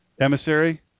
emissary